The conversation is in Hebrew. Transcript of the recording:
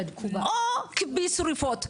או כיבוי שרפות,